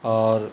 اور